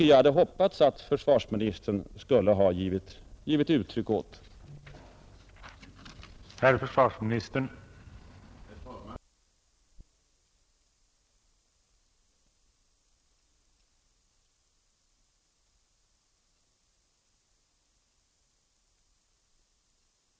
Jag hade hoppats att försvarsministern skulle ha givit uttryck åt denna vilja.